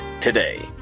today